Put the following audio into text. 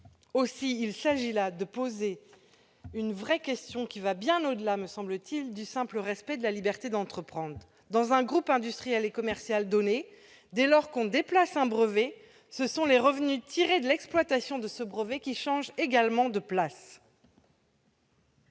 ? Il s'agit donc de poser une vraie question, qui va bien au-delà, me semble-t-il, du simple respect de la liberté d'entreprendre. Dans un groupe industriel et commercial donné, dès lors que l'on déplace un brevet, les revenus tirés de l'exploitation de ce brevet se déplacent également ! Quel